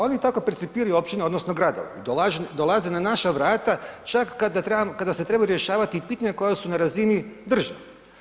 Oni tako percipiraju općine, odnosno gradove i dolaze na naša vrata čak i kada se trebaju rješavati pitanja koja su na razini države.